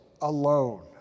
alone